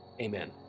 Amen